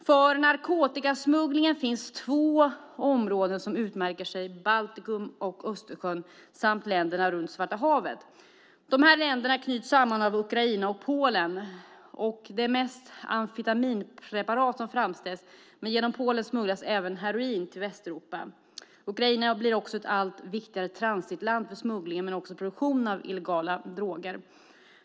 För narkotikasmugglingen finns två områden som utmärker sig, och det är Baltikum och Östersjön samt länderna runt Svarta havet. Dessa länder knyts samman av Ukraina och Polen. Det är mest amfetaminpreparat som framställs, men genom Polen smugglas även heroin till Västeuropa. Ukraina blir också ett allt viktigare transitland för smuggling men också produktion av illegala droger.